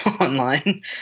online